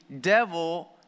devil